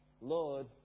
Lord